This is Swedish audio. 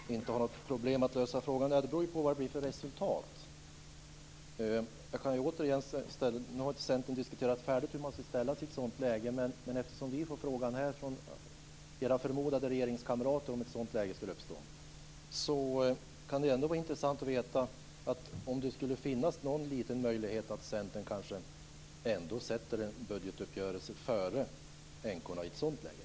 Fru talman! Birgitta Carlsson säger att det inte kommer att vara några problem att lösa frågan. Det beror på vad det blir för resultat. Nu har Centern inte diskuterat färdigt hur man ska ställa sig i ett sådant läge. Vi får här den frågan från era förmodade regeringskamrater. Om ett sådant läge skulle uppstå kan det ändå vara intressant att veta om det skulle finnas någon liten möjlighet att Centern kanske ändå sätter en budgetuppgörelse före änkorna i det läget.